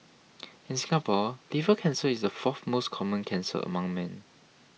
in Singapore liver cancer is the fourth most common cancer among men